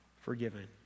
forgiven